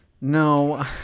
No